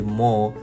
more